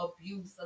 abuse